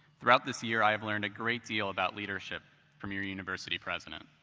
throughout this year, i've learned a great deal about leadership from your university president.